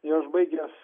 jau aš baigęs